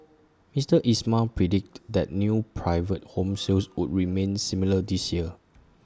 Mister Ismail predicted that new private home sales would remain similar this year